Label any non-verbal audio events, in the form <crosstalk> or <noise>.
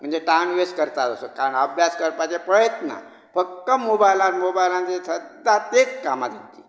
म्हणजे time waste करता असो <unintelligible> अभ्यास करपाचें पळयत ना फक्त मॉबायलान मॉबायलान आनी सद्दां तेंच कामां तेंची